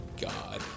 god